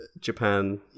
Japan